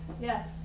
Yes